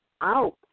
out